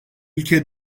ülke